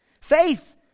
Faith